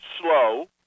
slow